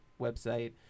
website